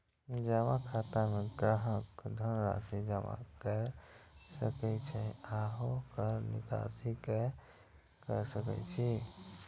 जमा खाता मे ग्राहक धन राशि जमा कैर सकै छै आ ओकर निकासी कैर सकै छै